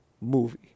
movie